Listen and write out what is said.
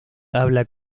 habla